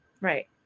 Right